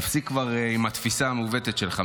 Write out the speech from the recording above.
תפסיק כבר עם התפיסה המעוותת שלך.